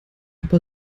aber